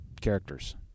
characters